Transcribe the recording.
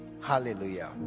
hallelujah